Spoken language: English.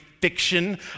fiction